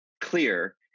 clear